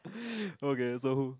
okay so who